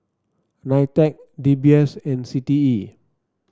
Nitec D B S and C T E